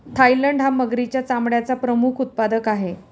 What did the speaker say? Thailand हा मगरीच्या चामड्याचा प्रमुख उत्पादक आहे